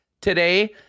today